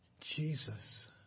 Jesus